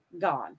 gone